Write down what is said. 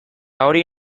hori